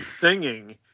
singing